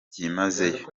byimazeyo